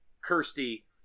Kirsty